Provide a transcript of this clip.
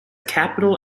capital